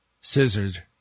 scissored